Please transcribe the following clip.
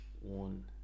one